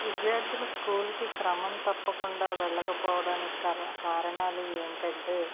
విద్యార్థులు స్కూలుకి క్రమం తప్పకుండా వెళ్ళకపోవడానికి కారణాలు ఏంటంటే